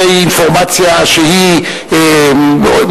זו אינפורמציה שמעדכנת,